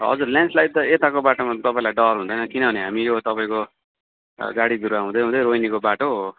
हजुर ल्यान्डस्लाइड त यताको बाटोमा तपाईँलाई डर हुँदैन किनभने हामी यो तपाईँको गाडीधुरा हुँदै हुँदै रोहिणीको बाटो